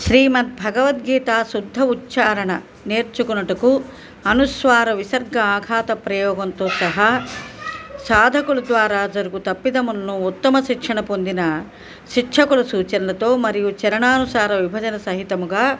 శ్రీమద్ భగవత్ గీతా శుద్ద ఉచ్చారణ నేర్చుకొనుటకు అనుస్వార విసర్గ అఘాత ప్రయోగంతో సహా సాధకులు ద్వారా జరుగు తప్పిదములను ఉత్తమ శిక్షణ పొందిన శిక్షకుల సూచనలతో మరియు చరణానుసార విభజన సహితముగా